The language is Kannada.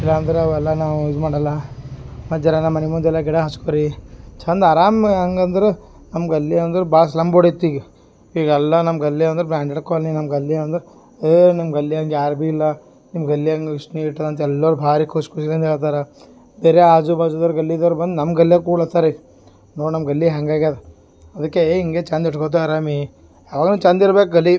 ಇಲ್ಲ ಅಂದರೆ ಅವೆಲ್ಲ ನಾವು ಇದು ಮಾಡೋಲ್ಲ ಮತ್ತು ಜರ ನಮ್ಮ ಮನೆ ಮುಂದೆಲ್ಲ ಗಿಡ ಹಾಕಿಸ್ಕೋ ರೀ ಚಂದ ಆರಾಮ್ ಹಂಗೆ ಅಂದ್ರೆ ನಮ್ಗೆ ಅಲ್ಲಿ ಅಂದ್ರೆ ಭಾಳ್ ಸ್ಲಮ್ ಬೋಡ್ ಇತ್ತಿಗಿ ಈಗೆಲ್ಲ ನಮ್ಗಲ್ಲೆ ಅಂದ್ರೆ ಬ್ರಾಂಡೆಡ್ ಕೋಲ್ನಿ ನಮ್ಮಗಲ್ಲಿ ಅಂದ್ರೆ ಏ ನಿಮ್ಮಗಲ್ಲಿಯಂಗೆ ಯಾರು ಬಿ ಇಲ್ಲ ನಿಮ್ಮಗಲ್ಲಿ ಹಂಗ್ ಅಷ್ಟು ನೀಟ್ ಅಂತ ಎಲ್ಲರು ಭಾರಿ ಖುಷ್ ಖುಷಿಯಿಂದ್ ಹೇಳ್ತಾರ ಬೇರೆ ಆಜು ಬಾಜುದಾರ್ ಗಲ್ಲಿದೋರ್ ಬಂದು ನಮ್ಮ ಗಲ್ಯಾಗೆ ಕೂಡ್ಲತರೆ ನೋಡಿ ನಮ್ಮ ಗಲ್ಲಿ ಹ್ಯಾಂಗೆ ಆಗ್ಯಾದ ಅದಕ್ಕೆ ಹಿಂಗೆ ಚಂದ ಇಟ್ಕೋತಾರೆ ಮಿ ಅವಾಗ್ನು ಚಂದ ಇರ್ಬೇಕು ಗಲ್ಲಿ